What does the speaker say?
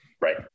Right